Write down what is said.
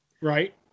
Right